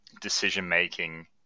decision-making